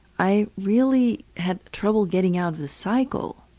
i really had trouble getting out of the cycle.